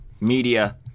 media